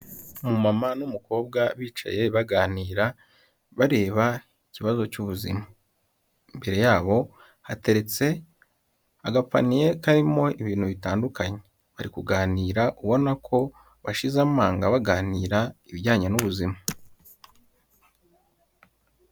Umumama n'umukobwa bicaye baganira bareba ikibazo cy'ubuzima, imbere yabo hateretse agapaniye karimo ibintu bitandukanye, bari kuganira ubona ko bashize amanga baganira ibijyanye n'ubuzima.